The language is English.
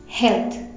Health